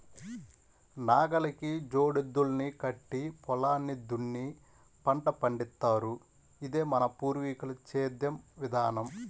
నాగలికి జోడెద్దుల్ని కట్టి పొలాన్ని దున్ని పంట పండిత్తారు, ఇదే మన పూర్వీకుల సేద్దెం విధానం